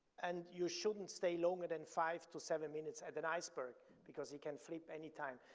and you shouldn't stay longer than five to seven minutes at an iceberg because it can flip any time.